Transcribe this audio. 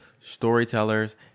storytellers